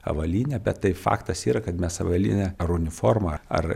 avalynę bet tai faktas yra kad mes avalynę ar uniformą ar